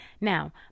Now